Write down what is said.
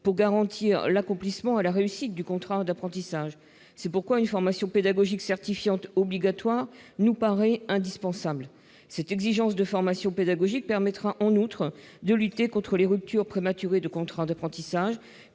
pour garantir l'accomplissement et la réussite du contrat d'apprentissage. C'est pourquoi une formation pédagogique certifiante obligatoire nous paraît indispensable. Cette exigence de formation pédagogique permettra en outre de lutter contre les ruptures prématurées de contrats d'apprentissage,